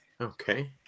Okay